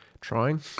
trying